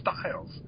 styles